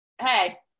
Hey